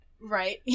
Right